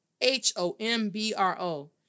H-O-M-B-R-O